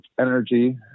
energy